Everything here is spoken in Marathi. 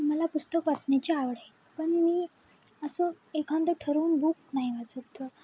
मला पुस्तक वाचण्याची आवड आहे पण मी असं एखादं ठरवून बुक नाही वाचत